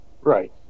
Right